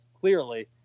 clearly